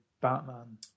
Batman